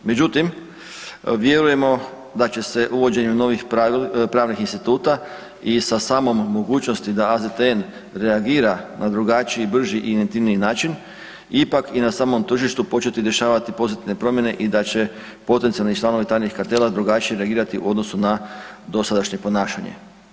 Međutim, vjerujemo da će se uvođenjem novih pravnih instituta i sa samom mogućnošću da AZTN reagira na drugačiji, brži i … [[ne razumije se]] način ipak i na samom tržištu početi dešavati pozitivne promjene i da će potencijalni članovi tajnih kartela drugačije reagirati u odnosu na dosadašnje ponašanje.